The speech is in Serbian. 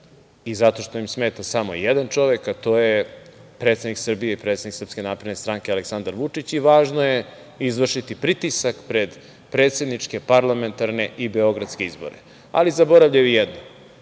i zato što im smeta samo jedan čovek, a to je predsednik Srbije, predsednik SNS Aleksandar Vučić i važno je izvršiti pritisak pred predsedničke, parlamentarne i beogradske izbore. Ali, zaboravljaju jedno.